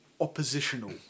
oppositional